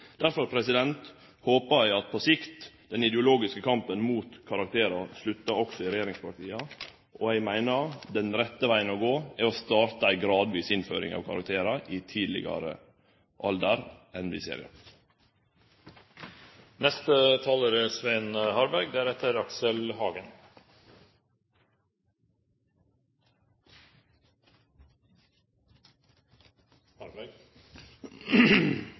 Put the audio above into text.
Derfor håpar eg at den ideologiske kampen mot karakterar på sikt sluttar òg i regjeringspartia. Eg meiner den rette vegen å gå er å starte ei gradvis innføring av karakterar i tidlegare alder enn i dag. Rådene om tydelige tilbakemeldinger til elever i skolen er